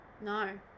No